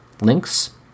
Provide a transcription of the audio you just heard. links